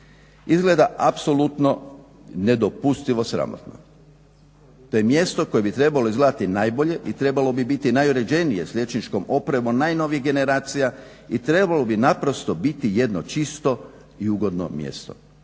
izgleda apsolutno nedopustivo sramotno. To je mjesto koje bi trebalo izgledati najbolje i trebalo bi biti najuređenije s liječničkom opremom najnovijih generacija i trebalo bi naprosto biti jedno čisto i ugodno mjesto.